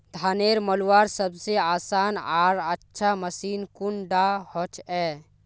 धानेर मलवार सबसे आसान आर अच्छा मशीन कुन डा होचए?